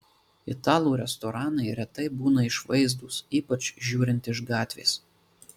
italų restoranai retai būna išvaizdūs ypač žiūrint iš gatvės